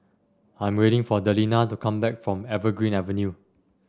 I'm waiting for Delina to come back from Evergreen Avenue